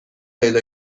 پیدا